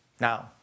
Now